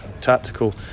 tactical